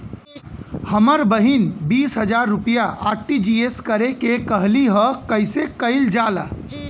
हमर बहिन बीस हजार रुपया आर.टी.जी.एस करे के कहली ह कईसे कईल जाला?